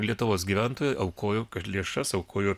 lietuvos gyventojai aukojo kad lėšas aukojo